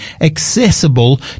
accessible